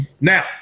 Now